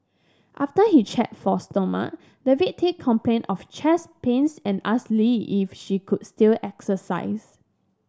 after he checked for stomach the victim complained of chest pains and asked Lee if she could still exercise